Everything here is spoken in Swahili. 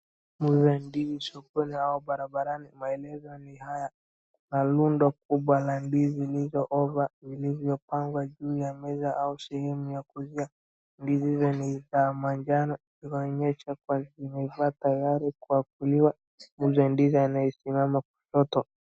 Muuza ndizi sokoni au barabarani. Maelezo ni haya na lundo kubwa la ndizi zilizoiva vilivyopangwa juu ya meza au sehemu ya kuuzia. Ndizi venye ni za manjano kuonyesha kuwa limeiva tayari kwa kuliwa. Muuzaji anayesimama kushoto.